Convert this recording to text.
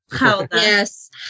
Yes